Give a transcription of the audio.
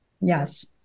Yes